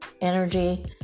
energy